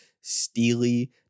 steely